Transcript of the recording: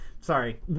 sorry